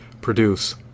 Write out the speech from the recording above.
produce